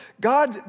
God